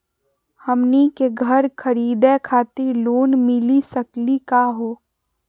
हमनी के घर खरीदै खातिर लोन मिली सकली का हो?